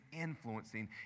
influencing